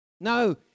No